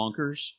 bonkers